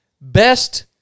best